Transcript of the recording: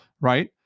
right